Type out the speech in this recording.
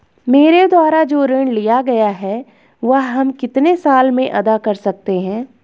मेरे द्वारा जो ऋण लिया गया है वह हम कितने साल में अदा कर सकते हैं?